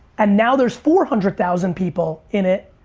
and now there's four hundred thousand people in it,